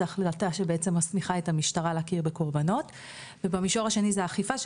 זה החלטה שבעצם מסמיכה את המשטרה להכיר בקורבנות ובמישור השני זה אכיפה,